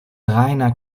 reiner